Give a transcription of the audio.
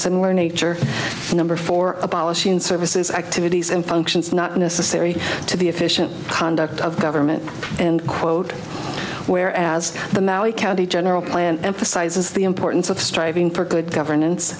similar nature number for a policy and services activities and functions not necessary to the efficient conduct of government and quote where as the maui county general plan emphasizes the importance of striving for good governance